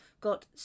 got